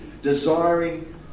desiring